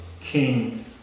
king